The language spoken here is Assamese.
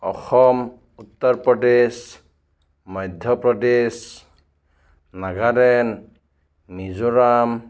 অসম উত্তৰ প্ৰদেশ মধ্য প্ৰদেশ নাগালেণ্ড মিজোৰাম